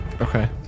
Okay